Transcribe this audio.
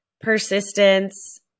persistence